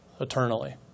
eternally